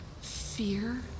fear